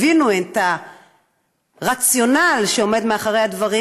הבינו את הרציונל שעומד מאחורי הדברים,